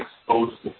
exposed